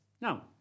Now